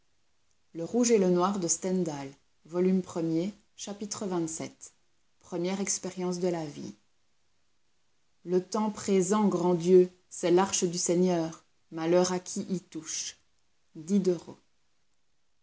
chapitre xxvii première expérience de la vie le temps présent grand dieu c'est l'arche du seigneur malheur à qui y touche